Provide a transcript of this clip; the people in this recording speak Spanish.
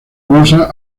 rosa